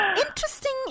interesting